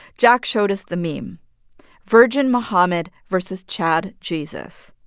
jack showed us the meme virgin muhammad versus chad jesus.